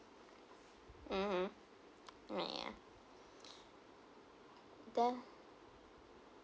mmhmm yeah then